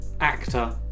actor